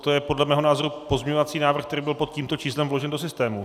To je podle mého názoru pozměňovací návrh, který byl pod tímto číslem vložen do systému.